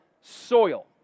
soil